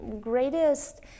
greatest